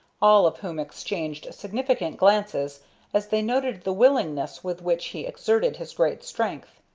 all of whom exchanged significant glances as they noted the willingness with which he exerted his great strength.